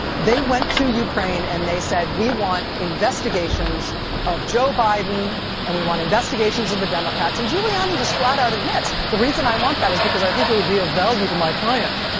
they went to ukraine and they said, we want investigations of joe biden and we want investigations of the democrats. and giuliani just flat out admits, the reason i want that is because i think it would be a value to my client.